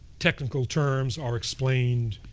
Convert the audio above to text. technical terms are explained